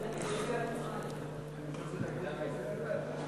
איזה יציאת מצרים?